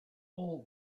all